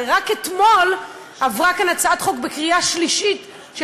הרי רק אתמול עברה כאן בקריאה שלישית הצעת